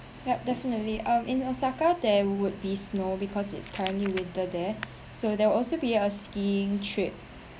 yup definitely um in osaka there would be snow because it's currently winter there so there'll also be a skiing trip